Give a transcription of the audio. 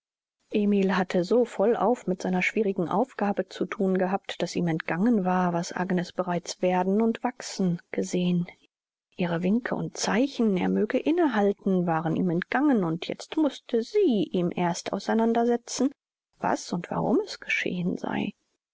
emil hatte so vollauf mit seiner schwierigen aufgabe zu thun gehabt daß ihm entgangen war was agnes bereits werden und wachsen gesehen ihre winke und zeichen er möge inne halten waren ihm entgangen und jetzt mußte sie ihm erst auseinandersetzen was und warum es geschehen sei